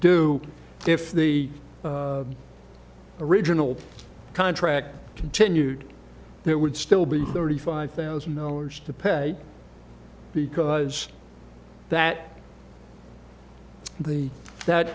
due if the original contract continued there would still be thirty five thousand dollars to pay because that the that